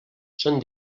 són